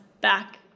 back